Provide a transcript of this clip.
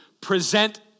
present